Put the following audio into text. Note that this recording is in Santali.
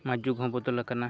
ᱱᱚᱣᱟ ᱡᱩᱜᱽ ᱦᱚᱸ ᱵᱚᱫᱚᱞ ᱠᱟᱱᱟ